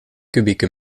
kubieke